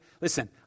Listen